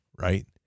right